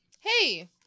hey